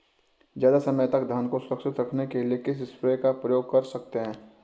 ज़्यादा समय तक धान को सुरक्षित रखने के लिए किस स्प्रे का प्रयोग कर सकते हैं?